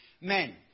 Men